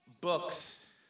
books